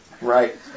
Right